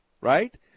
right